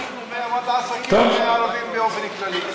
ואז, לעסקים, באופן כללי.